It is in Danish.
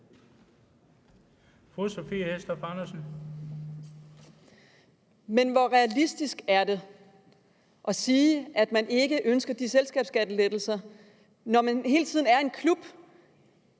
Men hvor realistisk er det at sige, at man ikke ønsker de selskabskattelettelser, når man hele tiden er med i